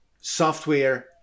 Software